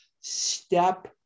step